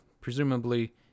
Presumably